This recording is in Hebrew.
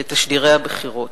בתשדירי הבחירות.